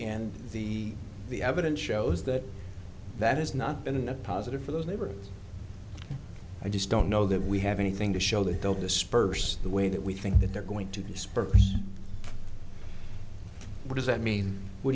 and the the evidence shows that that has not been a positive for those neighborhoods i just don't know that we have anything to show that don't disperse the way that we think that they're going to disperse what does that mean wh